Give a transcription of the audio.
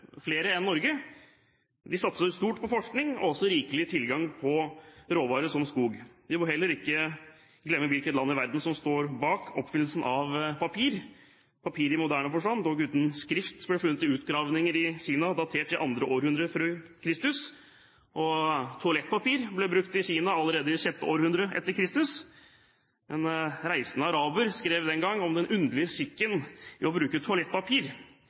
flere enn Norge, satser stort på forskning og har rikelig tilgang på råvarer som skog. Vi må heller ikke glemme hvilket land i verden som står bak oppfinnelsen av papir. Papir i moderne forstand, dog uten skrift, ble funnet i utgravninger i Kina datert til det andre århundre f.Kr. Toalettpapir ble brukt i Kina allerede i det sjette århundre e.Kr. En reisende araber skrev den gang om den underlige skikken å bruke toalettpapir: